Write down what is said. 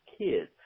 kids